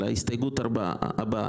להסתייגות הבאה,